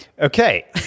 Okay